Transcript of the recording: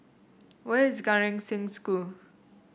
where is Gan Eng Seng School